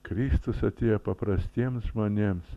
kristus atėjo paprastiems žmonėms